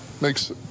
makes